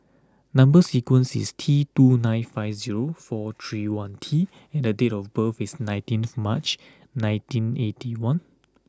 number sequence is T two nine five zero four three one T and the date of birth is nineteenth March ninety eighty one